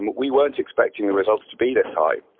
we weren't expecting the results to be this high.